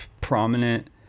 prominent